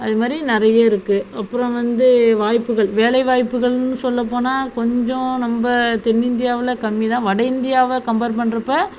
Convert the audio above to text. அதுமாதிரி நிறைய இருக்குது அப்புறம் வந்து வாய்ப்புகள் வேலைவாய்ப்புகள்னு சொல்லப்போனால் கொஞ்சம் நம்ம தென்னிந்தியாவில் கம்மிதான் வட இந்தியாவை கம்பேர் பண்ணுறப்ப